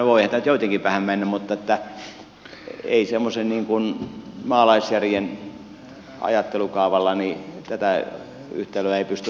tai voihan tämä nyt joittenkin päähän mennä mutta semmoisen maalaisjärjen ajattelukaavalla tätä yhtälöä ei pysty ratkaisemaan